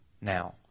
Now